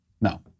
No